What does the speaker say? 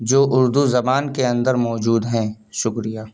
جو اردو زبان کے اندر موجود ہیں شکریہ